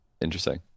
interesting